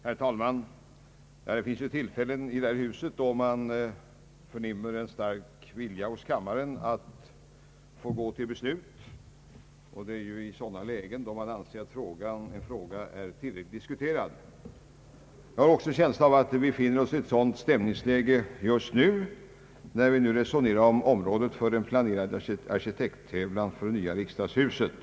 Herr talman! Det finns tillfällen i det här huset då man förnimmer en stark vilja hos kammaren att få gå till beslut, nämligen i sådana lägen då man anser att en fråga är tillräckligt diskuterad. Jag har en känsla av att vi befinner oss i ett sådant stämningsläge just nu när vi diskuterar området för den planerade: arkitekttävlan om det nya riksdagshuset.